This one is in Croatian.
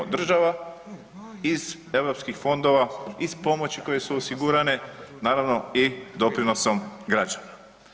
Država iz europskih fondova, iz pomoći koje su osigurane naravno i doprinosom građana.